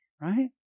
right